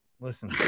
Listen